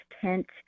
tent